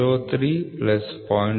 03 plus 0